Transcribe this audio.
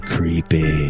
Creepy